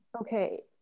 okay